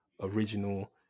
original